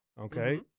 Okay